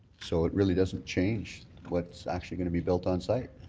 so it really doesn't change what's actually going to be built on site.